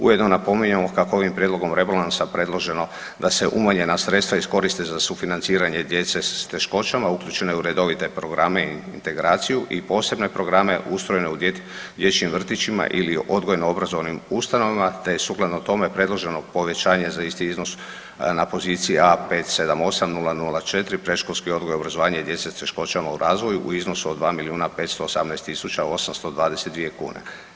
Ujedno napominjemo kako ovim prijedlogom rebalansa predloženo da se umanjena sredstva iskoriste za sufinanciranje djece s teškoćama uključene u redovite programe i integraciju i posebne programe ustrojene u dječjim vrtićima ili odgojno obrazovnim ustanovama, te sukladno tome predloženo povećanje za isti iznos na poziciji A 578004 Predškolski odgoj i obrazovanje djece s teškoćama u razvoju u iznosu od 2 milijuna 518 tisuća 822 kune.